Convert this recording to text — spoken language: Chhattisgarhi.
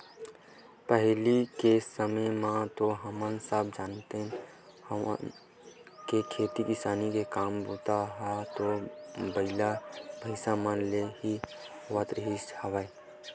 पहिली के समे म तो हमन सब जानते हवन के खेती किसानी के काम बूता ह तो बइला, भइसा मन ले ही होवत रिहिस हवय